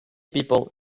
people